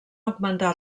augmentar